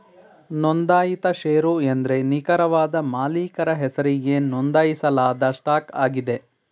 ನೊಂದಾಯಿತ ಶೇರು ಎಂದ್ರೆ ನಿಖರವಾದ ಮಾಲೀಕರ ಹೆಸರಿಗೆ ನೊಂದಾಯಿಸಲಾದ ಸ್ಟಾಕ್ ಆಗಿದೆ